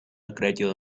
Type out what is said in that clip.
gradual